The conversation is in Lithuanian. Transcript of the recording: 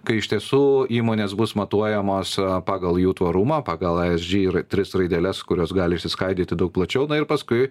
kai iš tiesų įmonės bus matuojamos pagal jų tvarumą pagal esg ir tris raideles kurios gali išsiskaidyti daug plačiau na ir paskui